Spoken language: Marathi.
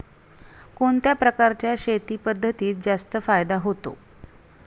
कोणत्या प्रकारच्या शेती पद्धतीत जास्त फायदा होतो?